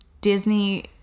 Disney